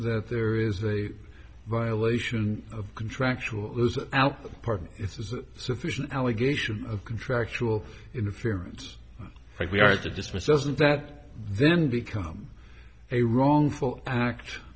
that there is a violation of contractual out part is that sufficient allegation of contractual interference that we are to dismiss doesn't that then become a wrongful act